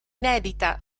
inedita